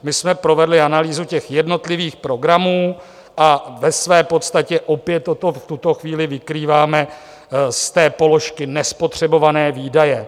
My jsme provedli analýzu jednotlivých programů a v podstatě opět toto v tuto chvíli vykrýváme z té položky nespotřebované výdaje.